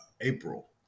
April